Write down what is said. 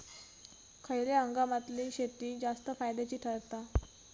खयल्या हंगामातली शेती जास्त फायद्याची ठरता?